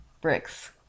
bricks